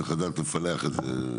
צריך לדעת לפלח את זה.